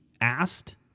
asked